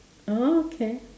okay